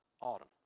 Autumn